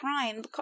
crime